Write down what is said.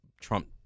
Trump